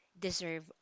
deserve